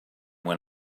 when